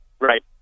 Right